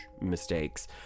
mistakes